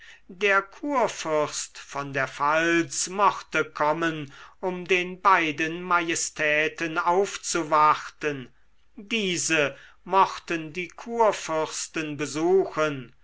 der kurfürst von der pfalz mochte kommen um den beiden majestäten aufzuwarten diese mochten die kurfürsten besuchen